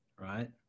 right